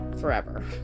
forever